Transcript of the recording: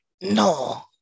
No